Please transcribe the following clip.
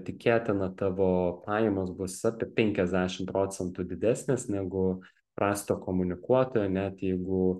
tikėtina tavo pajamos bus apie penkiasdešim procentų didesnės negu prasto komunikuotojo net jeigu